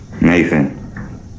Nathan